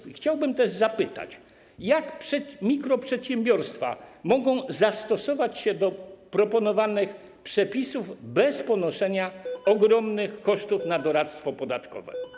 I chciałbym też zapytać: Jak mikroprzedsiębiorstwa mogą zastosować się do proponowanych przepisów bez ponoszenia ogromnych kosztów na doradztwo podatkowe?